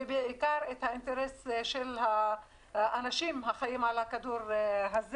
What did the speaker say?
ובעיקר את האינטרס של האנשים החיים על הכדור הזה.